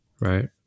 Right